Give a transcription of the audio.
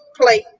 plate